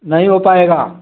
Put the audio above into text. नहीं हो पाएगा